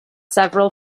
several